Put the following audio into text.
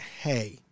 Hey